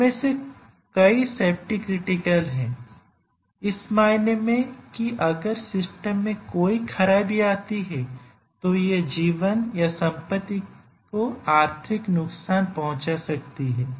इनमें से कई सेफ्टी क्रिटिकल हैं इस मायने में कि अगर सिस्टम में कोई खराबी आती है तो यह जीवन या संपत्ति को आर्थिक नुकसान पहुंचा सकती है